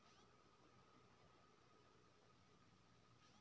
कद्दू के पत्ता मुरझाय लागल उ कि लक्षण होय छै?